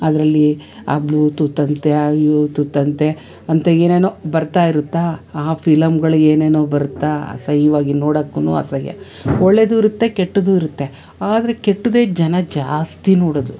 ಅದರಲ್ಲಿ ಆ bluetooth ಅಂತೆ ಆ ಯೂ ತೂತ್ ಅಂತೆ ಅಂತ ಏನೇನೋ ಬರ್ತಾಯಿರುತ್ತಾ ಆ ಫಿಲಮ್ಗಳು ಏನೇನೋ ಬರುತ್ತಾ ಅಸಹ್ಯವಾಗಿ ನೋಡೋಕ್ಕೂ ಅಸಹ್ಯ ಒಳ್ಳೇದು ಇರುತ್ತೆ ಕೆಟ್ಟದು ಇರುತ್ತೆ ಆದರೆ ಕೆಟ್ಟದ್ದೆ ಜನ ಜಾಸ್ತಿ ನೋಡೋದು